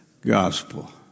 gospel